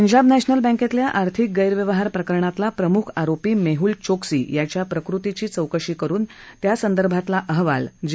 Punjab national बँकेतल्या आर्थिक गैरव्यवहार प्रकरणातल्या प्रमुख आरोपी मेहुल चोक्सी याच्या प्रकृतीची चौकशी करुन त्या संदर्भातला अहवाल जे